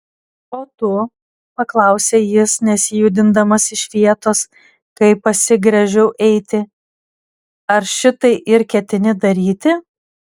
o tu paklausė jis nesijudindamas iš vietos kai pasigręžiau eiti ar šitai ir ketini daryti